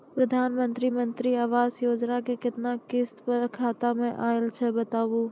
प्रधानमंत्री मंत्री आवास योजना के केतना किस्त हमर खाता मे आयल छै बताबू?